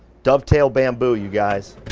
dovetail bamboo, you guys.